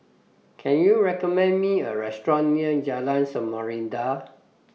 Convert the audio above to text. Can YOU recommend Me A Restaurant near Jalan Samarinda